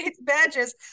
badges